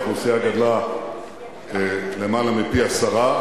האוכלוסייה גדלה למעלה מפי-עשרה,